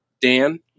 Dan